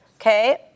okay